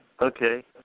Okay